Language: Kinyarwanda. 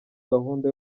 gahunda